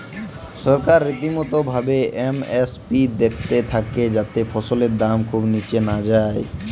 সরকার রীতিমতো ভাবে এম.এস.পি দ্যাখতে থাক্যে যাতে ফসলের দাম খুব নিচে না যায়